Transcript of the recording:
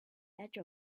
edge